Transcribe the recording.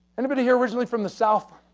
anybody here originally from the south?